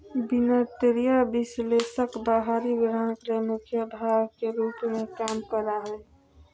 वित्तीय विश्लेषक बाहरी ग्राहक ले मुख्य भाग के रूप में काम करा हइ